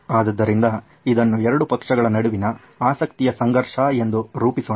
ಆದ್ದರಿಂದ ಇದನ್ನು ಎರಡು ಪಕ್ಷಗಳ ನಡುವಿನ ಆಸಕ್ತಿಯ ಸಂಘರ್ಷ ಎಂದು ರೂಪಿಸೋಣ